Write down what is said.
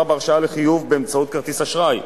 בהרשאה לחיוב באמצעות כרטיס אשראי,